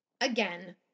again